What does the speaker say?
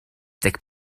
deg